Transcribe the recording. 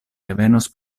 revenos